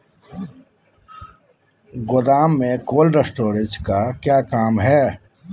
गोडम में cold storage का क्या काम है?